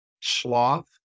sloth